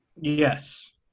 yes